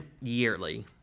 yearly